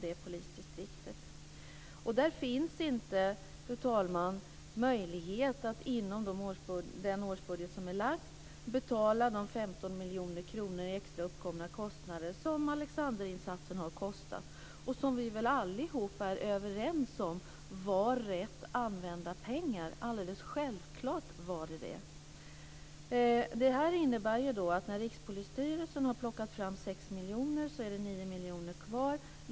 Det finns inte, fru talman, möjlighet att inom den årsbudget som är fastställd betala de 15 miljoner kronor extra i uppkomna kostnader som Malexanderinsatsen har kostat. Vi är väl alla överens om att det var rätt använda pengar? Det är alldeles självklart. När Rikspolisstyrelsen har plockat fram 6 miljoner kronor återstår 9 miljoner kronor kvar.